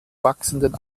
wachsenden